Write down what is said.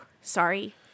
sorry